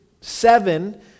seven